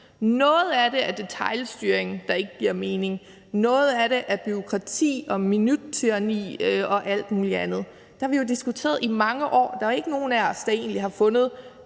Noget af det er detailstyring, der ikke giver mening, og noget af det er bureaukrati og minuttyranni og alt muligt andet. Det har vi jo diskuteret i mange år, og der er jo ikke nogen af os, der egentlig har fundet